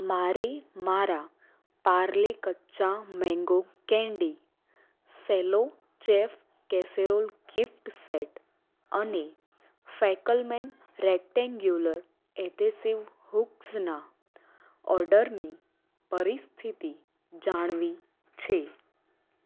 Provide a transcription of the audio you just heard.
મારે મારા Parle Kaccha mango candy Cello chef casserole gift set અને ફેકલમેન રેકટેન્ગ્યુલર એધેસિવ હૂક્સના ઓર્ડરની પરિસ્થિતિ જાણવી છે